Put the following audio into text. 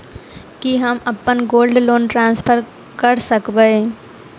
की हम अप्पन gold loan transfer करऽ सकबै?